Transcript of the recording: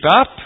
up